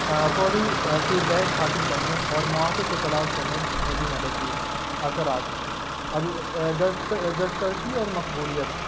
فوری feedback حاصل کرنے اور مواقع کو تلاش کرنے میں بھی مدد دی ہے اثرات ابھی دست دسترسی اور مقبولیت